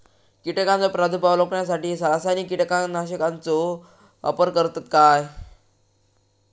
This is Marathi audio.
कीटकांचो प्रादुर्भाव रोखण्यासाठी रासायनिक कीटकनाशकाचो वापर करतत काय?